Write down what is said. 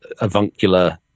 avuncular